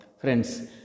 Friends